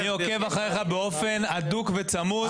אני עוקב אחריך באופן הדוק וצמוד.